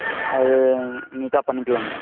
அது இதாக பண்ணிக்கலாம்ங்க